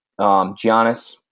Giannis